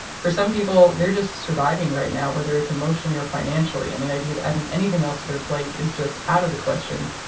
for some people, they're just surviving right now, whether it's emotionally or financially, and the idea of adding anything else to their plate is just out of the question.